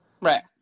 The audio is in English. Right